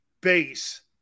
base